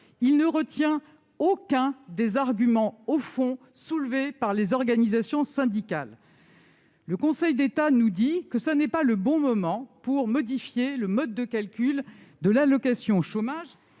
ne retient aucun des arguments de fond soulevés par les organisations syndicales. Il nous dit que ce n'est pas le bon moment pour modifier le mode de calcul de l'allocation chômage,